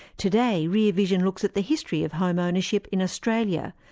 today rear vision looks at the history of home ownership in australia,